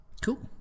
Cool